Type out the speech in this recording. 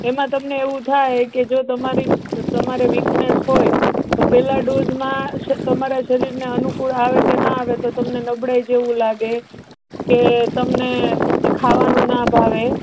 એમાં તમને એવું થાય કે જો તમારી તમારે વિકનેસ હોય તો પહેલાં ડોઝમાં તમારા શરીરને અનુકૂળ આવે કે ન આવે તો તમને નબળાઈ જેવુ લાગે કે તમને ખાવાનું ના ભાવે